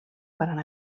faran